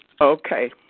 Okay